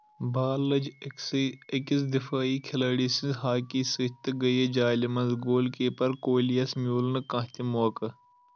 بال لٕج أكۍسے أکِس دفٲیی كھِلٲڈی سنزِ ہاكی سۭتۍ تہٕ گییہ جالہِ منز گول کیٖپَر کولیٖیَس میٛوٗل نہٕ کان٘ہہ تہِ موقع